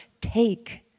take